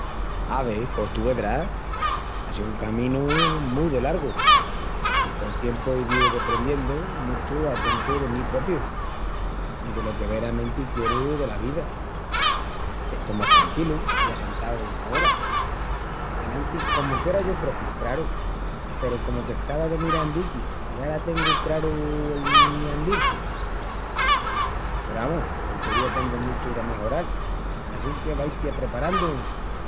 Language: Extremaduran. "Ave, pos tú vedrás, á síu un caminu mu de largu! I col tiempu ei díu deprendíendu muchu a tentu de mí propiu i delo que veramentii quieru dela vida. Estó más tranquilu i assentau agora. Enantis comu que era yo propiu, craru, peru comu qu'estava de mirandiqui i ara tengu craru el mi andil. Peru amus, qu'entovía tengu muchu d'amejoral. Assínque vaiti apreparandu".